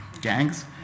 gangs